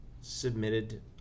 submitted